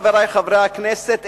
חברי חברי הכנסת,